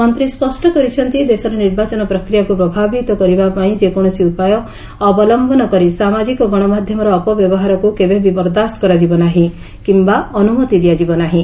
ମନ୍ତ୍ରୀ ସ୍ୱଷ୍ଟ କରିଛନ୍ତି ଦେଶର ନିର୍ବାଚନ ପ୍ରକ୍ରିୟାକୁ ପ୍ରଭାବିତ କରିବାପାଇଁ ଯେକୌଣସି ଉପାୟ ଅବଲମ୍ଭନ କରି ସାମାଜିକ ଗଣମାଧ୍ୟମର ଅପବ୍ୟବହାରକୁ କେବେ ବି ବରଦାସ୍ତ କରାଯିବ ନାହିଁ କିମ୍ବା ଅନୁମତି ଦିଆଯିବ ନାହିଁ